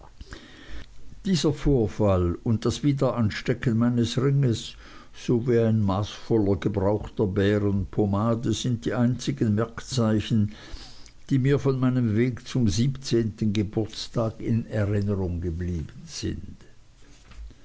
dieser vorfall und das wiederanstecken meines ringes sowie ein maßvoller gebrauch der bären pomade sind die einzigen merkzeichen die mir von meinem weg zum siebzehnten geburtstag in der erinnerung geblieben sind